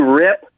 rip